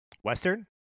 Western